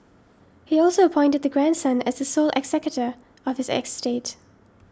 he also appointed the grandson as the sole executor of his estate